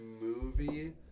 movie